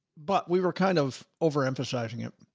but we were kind of overemphasizing it.